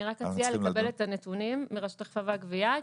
אנחנו צריכים לקבל את הנתונים מרשות האכיפה והגבייה,